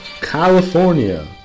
California